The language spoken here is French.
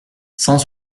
cent